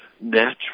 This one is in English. natural